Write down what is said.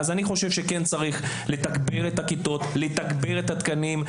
צריך לתגבר את הכיתות, לתגבר את התקנים.